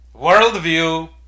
worldview